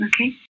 okay